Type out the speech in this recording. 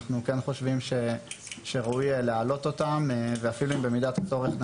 אנחנו כן חושבים שראוי להעלות אותן ובמידת הצורך,